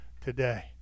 today